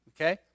okay